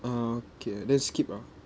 ah okay then skip ah